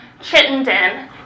Chittenden